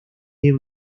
del